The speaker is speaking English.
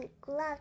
gloves